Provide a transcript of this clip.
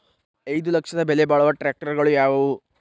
ಐದು ಲಕ್ಷದ ಬೆಲೆ ಬಾಳುವ ಟ್ರ್ಯಾಕ್ಟರಗಳು ಯಾವವು?